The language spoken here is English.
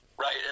right